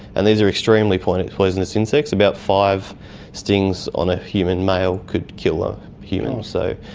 and these are extremely poisonous poisonous insects about five stings on a human male could kill a human. so,